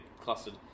clustered